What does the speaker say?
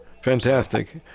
Fantastic